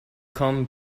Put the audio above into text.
come